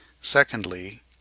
Secondly